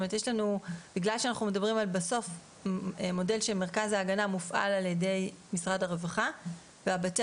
בגלל שאנחנו מדברים בסוף על מודל שמרכז ההגנה מופעל ע"י משרד הרווחה ובתי